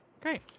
Great